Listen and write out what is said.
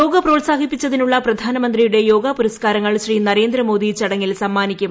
യോഗ പ്രോത്സാഹിപ്പിച്ചതിനുള്ള പ്രധാനമന്ത്രിയുടെ യോഗ പുരസ്കാരങ്ങൾ ശ്രീ നരേന്ദ്രമോദി ചടങ്ങിൽ സമ്മാനിക്കും